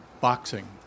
boxing